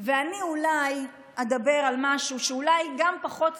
ואני אולי אדבר על משהו שהוא אולי גם פחות נעים,